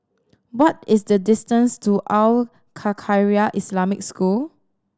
what is the distance to Al Khairiah Islamic School